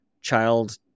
child